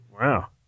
Wow